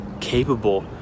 capable